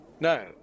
no